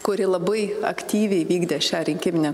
kuri labai aktyviai vykdė šią rinkiminę